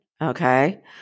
okay